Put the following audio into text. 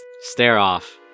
stare-off